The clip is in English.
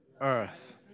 earth